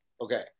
Okay